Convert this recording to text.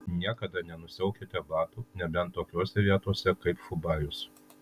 niekada nenusiaukite batų nebent tokiose vietose kaip fubajus